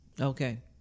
Okay